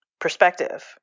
perspective